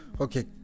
Okay